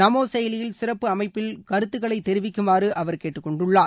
நமோ செயலியில் சிறப்பு அமைப்பில் கருத்துகளை தெரிவிக்குமாறு அவர் கேட்டுக்கொண்டுள்ளார்